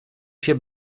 się